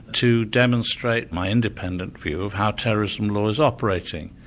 to demonstrate my independent view of how terrorism law is operating.